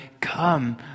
come